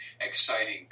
exciting